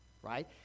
Right